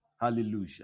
Hallelujah